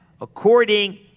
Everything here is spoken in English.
According